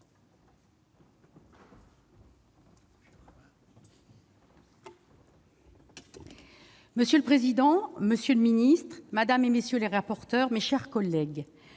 Monsieur le président, monsieur le ministre, madame, messieurs les rapporteurs, mes chers collègues,